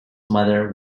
mother